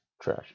trash